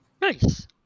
Nice